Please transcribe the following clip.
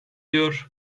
diyor